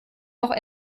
noch